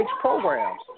programs